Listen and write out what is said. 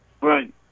Right